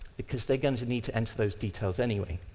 because they're going to need to enter those details anyway.